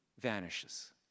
vanishes